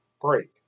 break